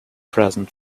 present